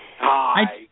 Hi